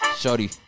shorty